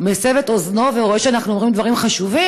מטה את אוזנו ורואה שאנחנו אומרים דברים חשובים,